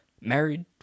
married